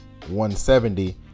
170